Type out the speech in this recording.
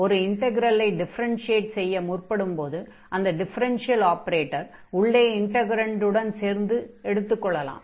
ஒரு இன்டக்ரலை டிஃபரென்ஷியேட் செய்ய முற்படும்போது அந்த டிஃபெரென்ஷியல் ஆபரேட்டரை உள்ளே இன்டக்ரன்டுடன் சேர்த்து எடுத்துக் கொள்ளலாம்